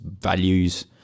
values